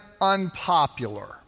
unpopular